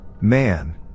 man